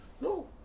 No